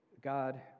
God